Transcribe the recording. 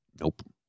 Nope